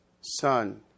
son